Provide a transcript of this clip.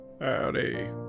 Howdy